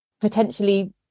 potentially